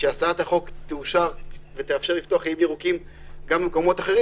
כשהצעת החוק תאושר ותאפשר לפתוח איים ירוקים גם במקומות אחרים,